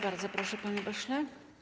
Bardzo proszę, panie pośle.